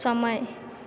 समय